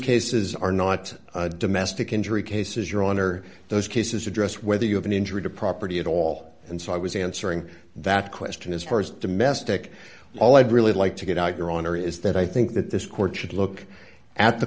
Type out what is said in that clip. cases are not domestic injury cases your honor those cases address whether you have an injury to property at all and so i was answering that question is st domestic all i'd really like to get out your honor is that i think that this court should look at the